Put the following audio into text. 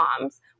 moms